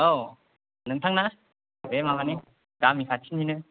औ नोंथांना बे माबानि गामि खाथिनिनो